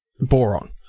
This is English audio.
Boron